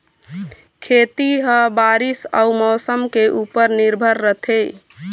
खेती ह बारीस अऊ मौसम के ऊपर निर्भर रथे